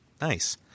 Nice